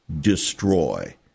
destroy